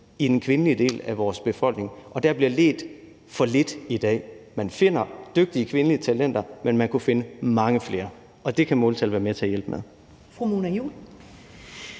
i den kvindelige del af vores befolkning. Og der bliver ledt for lidt i dag. Man finder dygtige kvindelige talenter, men man kunne finde mange flere. Og det kan måltal være med til at hjælpe med.